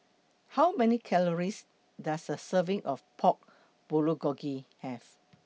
How Many Calories Does A Serving of Pork Bulgogi Have